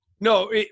No